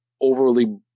overly